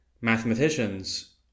mathematicians